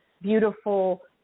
beautiful